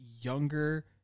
younger